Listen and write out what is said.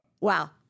Wow